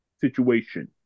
situation